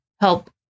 help